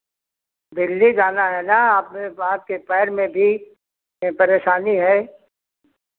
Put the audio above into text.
दिल्ली जाना है ना आपने आपके पैर में भी परेशानी है